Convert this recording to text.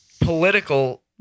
political